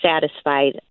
satisfied